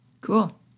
cool